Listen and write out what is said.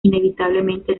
inevitablemente